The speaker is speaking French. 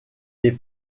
les